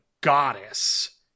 goddess